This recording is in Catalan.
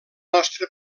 nostre